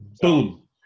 Boom